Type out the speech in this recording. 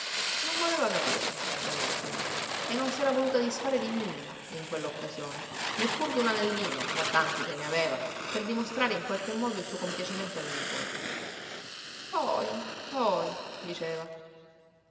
non voleva capirlo donna rosolina e non s'era voluta disfare di nulla in quella occasione neppur d'un anellino fra tanti che ne aveva per dimostrare in qualche modo il suo compiacimento alla nipote poi poi diceva